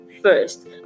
first